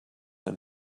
ein